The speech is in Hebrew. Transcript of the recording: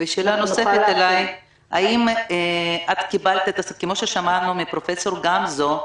ושאלה נוספת אלייך, כמו ששמענו מפרופ' גמזו,